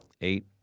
Eight